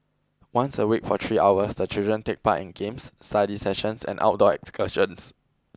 once a week for three hours the children take part in games study sessions and outdoor excursions